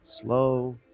Slow